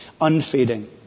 unfading